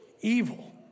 evil